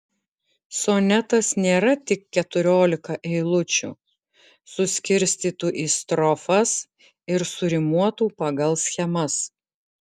sonetas nėra tik keturiolika eilučių suskirstytų į strofas ir surimuotų pagal schemas